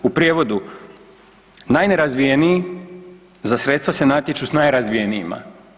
U prijevodu, najnerazvijeniji za sredstva se natječu s najrazvijenijima.